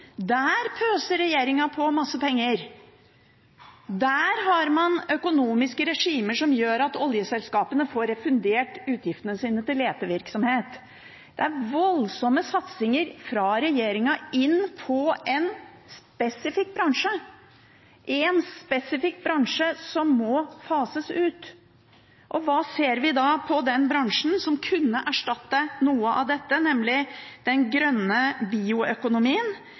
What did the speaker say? der pøser regjeringen på masse penger, der har man økonomiske regimer som gjør at oljeselskapene får refundert utgiftene sine til letevirksomhet. Det er voldsomme satsinger fra regjeringen på en spesifikk bransje, en spesifikk bransje som må fases ut. Hva ser vi da i den bransjen som kunne erstattet noe av dette, nemlig den grønne bioøkonomien?